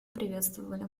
приветствовали